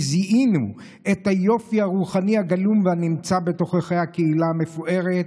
כי זיהינו את היופי הרוחני הגלום והנמצא בתוככי הקהילה המפוארת.